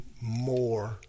more